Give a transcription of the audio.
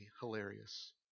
hilarious